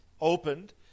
opened